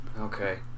Okay